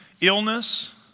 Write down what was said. illness